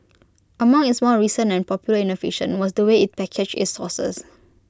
among its more recent and popular innovation was the way IT packaged its sauces